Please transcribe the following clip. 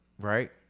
right